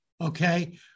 Okay